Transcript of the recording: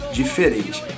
diferente